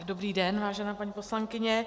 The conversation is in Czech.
Dobrý den, vážená paní poslankyně.